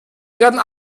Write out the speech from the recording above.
werden